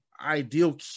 ideal